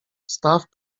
staw